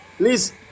Please